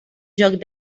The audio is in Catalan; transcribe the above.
joc